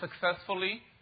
successfully